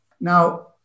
Now